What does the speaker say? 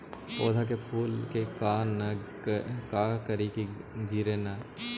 पौधा के फुल के न गिरे ला का करि?